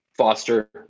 Foster